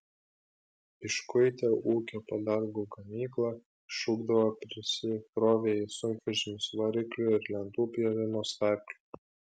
iškuitę ūkio padargų gamyklą išrūkdavo prisikrovę į sunkvežimius variklių ir lentų pjovimo staklių